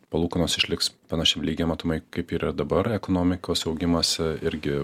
palūkanos išliks panašiam lygyje matomai kaip yra dabar ekonomikos augimas irgi